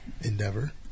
endeavor